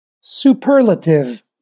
Superlative